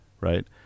right